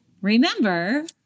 remember